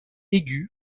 aiguë